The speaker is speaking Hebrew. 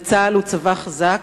וצה"ל הוא צבא חזק.